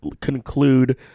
conclude